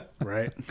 Right